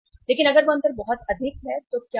लेकिन अगर वह अंतर बहुत अधिक है तो क्या होगा